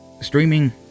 streaming